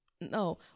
no